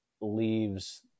leaves